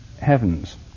heavens